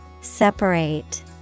Separate